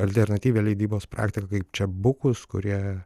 alternatyvią leidybos praktiką kaip čia bukus kurie